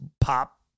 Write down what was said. pop